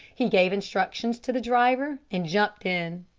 he gave instructions to the driver and jumped in.